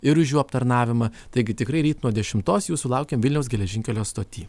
ir už jų aptarnavimą taigi tikrai ryt nuo dešimtos jūsų laukiam vilniaus geležinkelio stoty